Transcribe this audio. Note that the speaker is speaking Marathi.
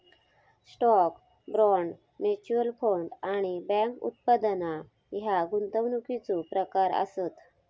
स्टॉक, बाँड, म्युच्युअल फंड आणि बँक उत्पादना ह्या गुंतवणुकीचो प्रकार आसत